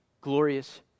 glorious